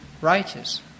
righteous